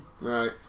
Right